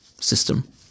system